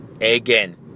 again